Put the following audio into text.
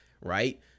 Right